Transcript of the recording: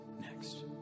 next